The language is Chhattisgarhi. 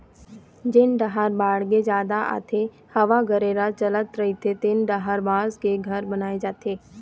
जेन डाहर बाड़गे जादा आथे, हवा गरेर चलत रहिथे तेन डाहर बांस के घर बनाए जाथे